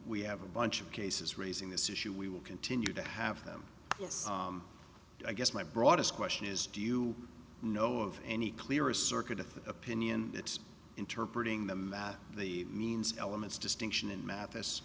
we have a bunch of cases raising this issue we will continue to have them yes i guess my broadest question is do you know of any clearer circuit of opinion that interpret the means elements distinction and mathis